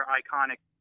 iconic